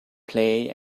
play